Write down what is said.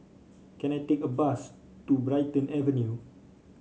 can I take a bus to Brighton Avenue